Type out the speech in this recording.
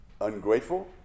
ungrateful